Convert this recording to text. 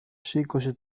σήκωσε